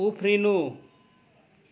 उफ्रिनु